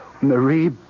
Marie